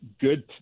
good